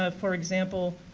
ah for example,